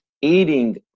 eating